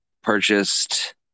purchased